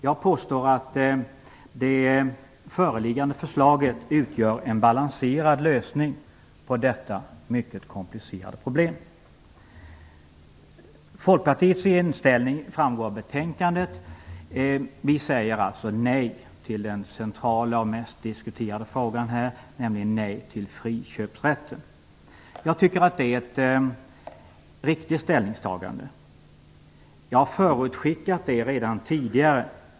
Jag påstår att det föreliggande förslaget utgör en balanserad lösning på detta mycket komplicerade problem. Folkpartiets inställning framgår av betänkandet. Vi säger alltså nej till den centrala och mest diskuterade frågan här. Vi säger nämligen nej till friköpsrätten. Jag tycker att det är ett riktigt ställningstagande. Det har jag tidigare förutskickat.